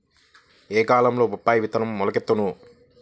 ఏ కాలంలో బొప్పాయి విత్తనం మొలకెత్తును?